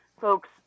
folks